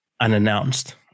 unannounced